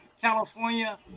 California